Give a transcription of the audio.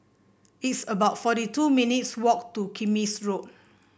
it's about forty two minutes' walk to Kismis Road